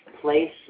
place